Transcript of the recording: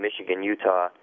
Michigan-Utah